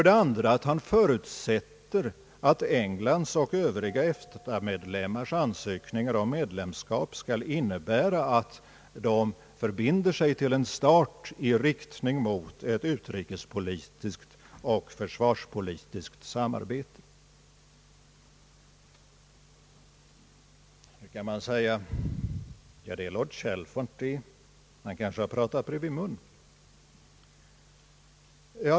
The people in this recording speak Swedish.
Det andra är att han förutsätter att Englands och övriga EFTA-medlemmars ansökningar om medlemskap skall innebära att de förbinder sig till en start i riktning mot ett utrikespolitiskt och försvarspolitiskt samarbete. Nu kan man peka på att detta är vad lord Chalfont säger, han kanske pratar bredvid mun.